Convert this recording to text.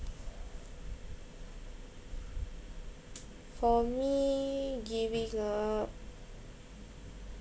for me giving up